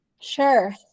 Sure